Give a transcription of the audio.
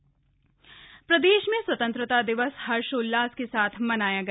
स्वतंत्रता दिवस प्रदेश प्रदेश में स्वतंत्रता दिवस हर्षोल्लास के साथ मनाया गया